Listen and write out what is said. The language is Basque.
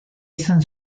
izan